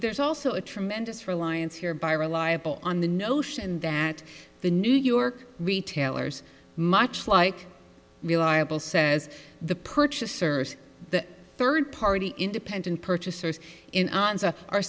re's also a tremendous reliance here by reliable on the notion that the new york retailers much like reliable says the purchasers the third party independent purchasers in are